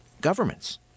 governments